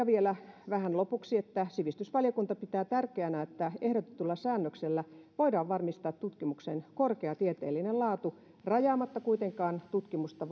vielä vähän lopuksi sivistysvaliokunta pitää tärkeänä että ehdotetulla säännöksellä voidaan varmistaa tutkimuksen korkea tieteellinen laatu rajaamatta kuitenkaan tutkimusta